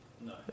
No